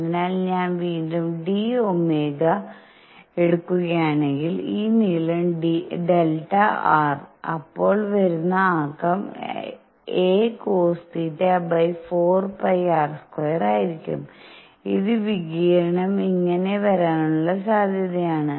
അതിനാൽ ഞാൻ വീണ്ടും d Ω എടുക്കുകയാണെങ്കിൽ ഈ നീളം Δr അപ്പോൾ വരുന്ന ആക്കം αcosθ4πr² ആയിരിക്കും ഇത് വികിരണം ഇങ്ങനെ വരാനുള്ള സാധ്യതയാണ്